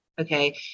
okay